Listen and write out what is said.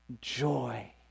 joy